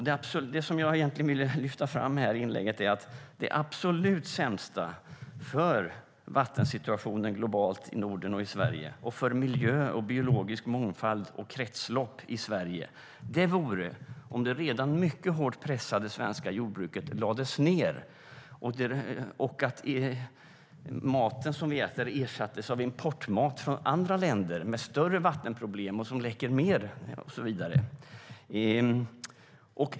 Det som jag egentligen ville lyfta fram med det här inlägget är att det absolut sämsta för vattensituationen globalt, i Norden och i Sverige och för miljö, biologisk mångfald och kretslopp i Sverige vore om det redan mycket hårt pressade svenska jordbruket lades ned och att maten som vi äter ersattes av importmat från andra länder med större vattenproblem och som läcker mer och så vidare.